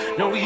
no